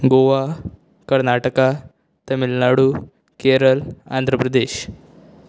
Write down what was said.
Goa Karnataka Tamil Nadu Kerala Andhra Pradesh